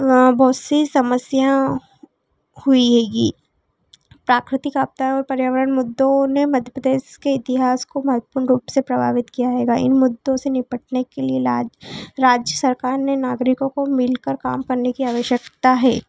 बहुत सी समस्या हुई होगी प्राकृतिक आपदाओं और पर्यावरण मुद्दों ने मध्य प्रदेश के इतिहास को महत्वपूर्ण रूप से प्रभावित किया है इन मुद्दे से निपटने के लिए राज्य सरकार ने नागरिकों को मिलकर काम करने की आवश्यकता है